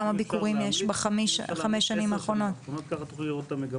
כמה ביקורים יש בחמש השנים האחרונות ----- אוקי,